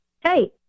Hey